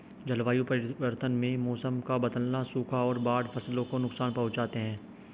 जलवायु परिवर्तन में मौसम का बदलना, सूखा और बाढ़ फसलों को नुकसान पहुँचाते है